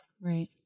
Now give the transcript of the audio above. right